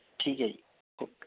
ਠੀਕ ਹੈ ਜੀ ਓਕੇ